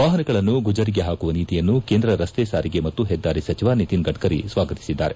ವಾಪನಗಳನ್ನು ಗುಜುರಿಗೆ ಪಾಕುವ ನೀತಿಯನ್ನು ಕೇಂದ್ರ ರನ್ತೆ ಸಾರಿಗೆ ಮತ್ತು ಹೆದ್ದಾರಿ ಸಚಿವ ನಿತಿನ್ ಗಡ್ಡರಿ ಸ್ವಾಗತಿಸಿದ್ದಾರೆ